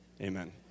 Amen